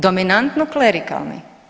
Dominantno klerikalni.